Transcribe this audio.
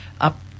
up